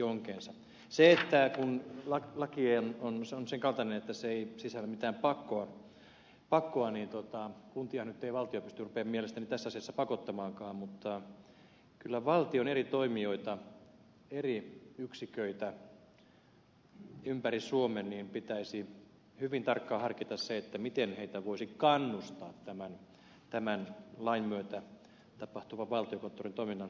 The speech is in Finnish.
se että kun laki on sen kaltainen että se ei sisällä mitään pakkoa niin kuntia ei nyt valtio pysty mielestäni tässä asiassa pakottamaankaan mutta kyllä valtion eri toimijoiden eri yksiköiden ympäri suomen pitäisi hyvin tarkkaan harkita se miten heitä voisi kannustaa tämän lain myötä tapahtuvaan valtiokonttorin toiminnan hyödyntämiseen